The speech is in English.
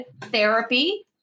therapy